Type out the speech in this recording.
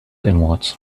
inwards